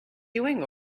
doing